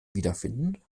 wiederfinden